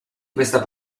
questa